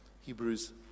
Hebrews